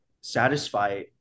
satisfy